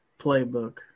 playbook